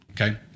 Okay